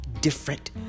different